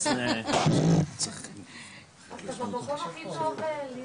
[כולם מאחלים מזל טוב]